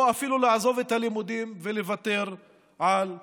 או אפילו לעזוב את הלימודים ולוותר על העתיד?